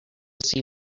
see